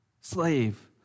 Slave